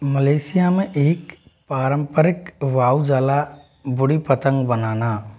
Malaysia में एक पारम्परिक वाऊ जाला बुड़ी पतंग बनाना